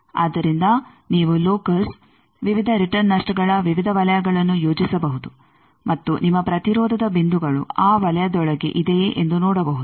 ಆದ್ದರಿಂದ ನೀವು ಲೋಕಸ್ ವಿವಿಧ ರಿಟರ್ನ್ ನಷ್ಟಗಳ ವಿವಿಧ ವಲಯಗಳನ್ನು ಯೋಜಿಸಬಹುದು ಮತ್ತು ನಿಮ್ಮ ಪ್ರತಿರೋಧದ ಬಿಂದುಗಳು ಆ ವಲಯದೊಳಗೆ ಇದೆಯೇ ಎಂದು ನೋಡಬಹುದು